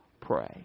pray